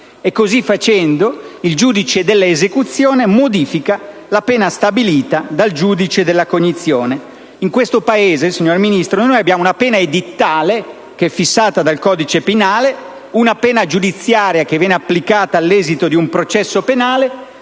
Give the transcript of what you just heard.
e, così facendo, il giudice dell'esecuzione modifica la pena stabilita dal giudice della cognizione. In questo Paese, signor Ministro, abbiamo una pena edittale, che è fissata dal codice penale, una pena giudiziaria, che viene applicata all'esito di un processo penale,